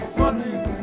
running